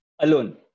alone